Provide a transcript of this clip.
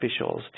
officials